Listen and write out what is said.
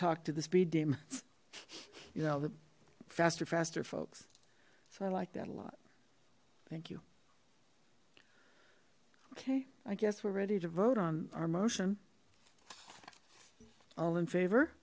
talk to the speed demons you know the faster faster folks so i like that a lot thank you okay i guess we're ready to vote on our motion all in favor